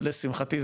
לשמחתי,